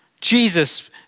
Jesus